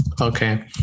Okay